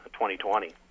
2020